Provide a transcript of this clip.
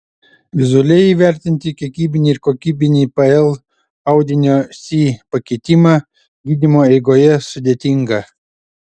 vizualiai įvertinti kiekybinį ir kokybinį pl audinio si pakitimą gydymo eigoje sudėtinga